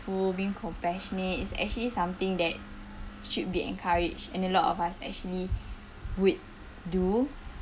being compassionate is actually something that should be encouraged and a lot of us actually would do